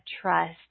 trust